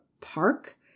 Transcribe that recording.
park